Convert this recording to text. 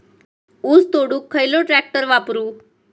ऊस तोडुक खयलो ट्रॅक्टर वापरू?